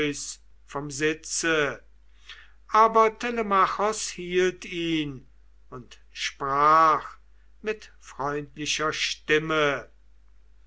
vom sitze aber telemachos hielt ihn und sprach mit freundlicher stimme